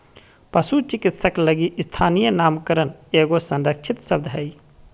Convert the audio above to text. पशु चिकित्सक लगी स्थानीय नामकरण एगो संरक्षित शब्द हइ